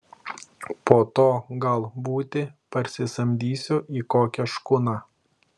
po to gal būti parsisamdysiu į kokią škuną